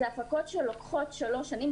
שהן הפקות שלוקחות שלוש שנים,